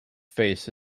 face